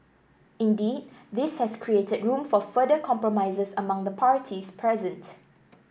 indeed this has created room for further compromises among the parties present